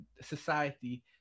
society